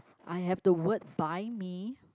I have the word buy me